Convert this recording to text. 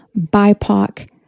BIPOC